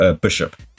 bishop